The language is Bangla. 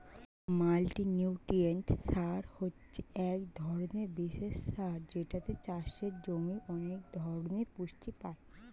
মাল্টিনিউট্রিয়েন্ট সার হচ্ছে এক ধরণের বিশেষ সার যেটাতে চাষের জমি অনেক ধরণের পুষ্টি পায়